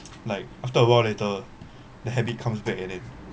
like after a while later the habit comes back and then